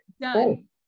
done